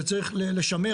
זה צריך לשמר.